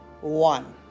one